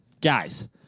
Guys